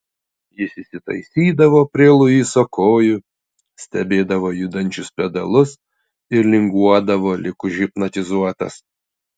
jis įsitaisydavo prie luiso kojų stebėdavo judančius pedalus ir linguodavo lyg užhipnotizuotas